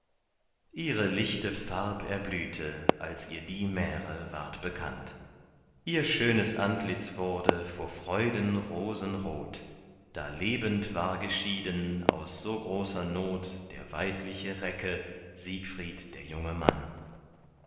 ihre lichte farb erblühte als ihr die märe ward bekannt ihr schönes antlitz wurde vor freuden rosenrot da lebend war geschieden aus so großer not der weidliche recke siegfried der junge mann